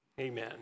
Amen